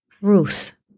Ruth